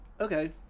Okay